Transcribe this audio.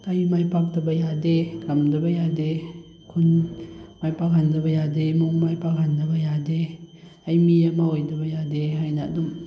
ꯑꯩ ꯃꯥꯏ ꯄꯥꯛꯇꯕ ꯌꯥꯗꯦ ꯉꯝꯗꯕ ꯌꯥꯗꯦ ꯈꯨꯟ ꯃꯥꯏ ꯄꯥꯛꯍꯟꯗꯕ ꯌꯥꯗꯦ ꯏꯃꯨꯡ ꯃꯥꯏ ꯄꯥꯛꯍꯟꯗꯕ ꯌꯥꯗꯦ ꯑꯩ ꯃꯤ ꯑꯃ ꯑꯣꯏꯗꯕ ꯌꯥꯗꯦ ꯍꯥꯏꯅ ꯑꯗꯨꯝ